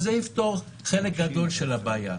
זה יפתור חלק גדול מהבעיה.